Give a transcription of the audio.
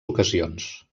ocasions